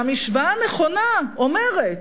המשוואה הנכונה אומרת: